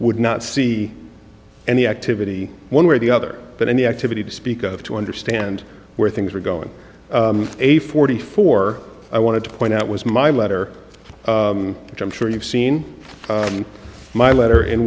would not see any activity one way or the other but any activity to speak of to understand where things were going a forty four i wanted to point out was my letter which i'm sure you've seen in my letter in